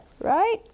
right